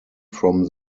from